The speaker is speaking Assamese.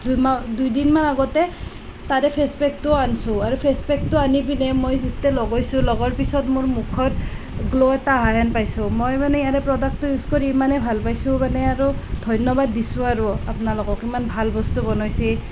দুইমাহ দুইদিনমান আগতে তাৰে ফেচপেকটো আনিছোঁ আৰু ফেচপেকটো আনি পেলাই মই যেতিয়া লগাইছোঁ লগোৱাৰ পিছত মোৰ মুখৰ গ্ল' এটা অহা হেন পাইছোঁ মই মানে ইয়াৰে প্ৰডাক্টটো ইউজ কৰি ইমানেই ভাল পাইছোঁ মানে আৰু ধন্যবাদ দিছোঁ আৰু আপোনালোকক ইমান ভাল বস্তু বনাইছে